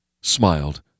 smiled